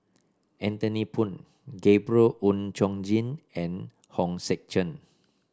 Anthony Poon Gabriel Oon Chong Jin and Hong Sek Chern